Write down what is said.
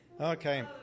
Okay